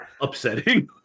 upsetting